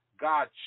God